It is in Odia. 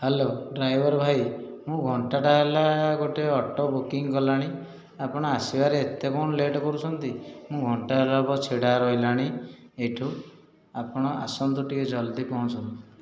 ହ୍ୟାଲୋ ଡ୍ରାଇଭର ଭାଇ ମୁଁ ଘଣ୍ଟାଟିଏ ହେଲା ଗୋଟିଏ ଅଟୋ ବୁକିଂ କଲିଣି ଆପଣ ଆସିବାରେ ଏତେ କ'ଣ ଲେଟ୍ କରୁଛନ୍ତି ମୁଁ ଘଣ୍ଟାଏ ହେଲା ବା ଛିଡ଼ା ରହିଲାଣି ଏଇଠୁ ଆପଣ ଆସନ୍ତୁ ଟିକିଏ ଜଲ୍ଦି ପହଞ୍ଚନ୍ତୁ